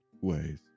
ways